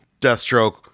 deathstroke